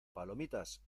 palomitas